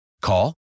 Call